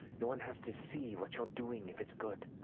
no one has to see what you're doing if it's good.